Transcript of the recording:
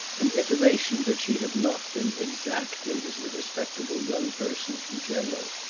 an intimation that she had not been exactly as the respectable young person in general.